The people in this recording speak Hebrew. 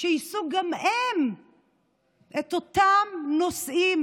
שיישאו גם הם את אותם נושאים,